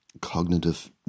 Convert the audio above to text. cognitive